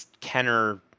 Kenner